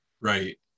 Right